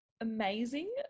amazing